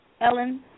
Ellen